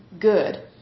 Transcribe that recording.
good